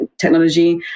technology